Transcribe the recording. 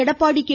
Edappadi K